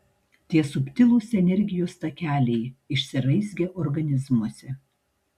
tie subtilūs energijos takeliai išsiraizgę organizmuose